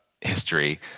history